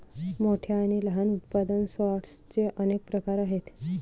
मोठ्या आणि लहान उत्पादन सॉर्टर्सचे अनेक प्रकार आहेत